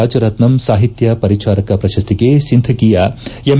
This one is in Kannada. ರಾಜರತ್ನಂ ಸಾಹಿತ್ಯ ಪರಿಚಾರಕ ಪ್ರಶಸ್ತಿಗೆ ಸಿಂಧಗಿಯ ಎಂ